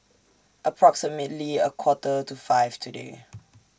approximately A Quarter to five today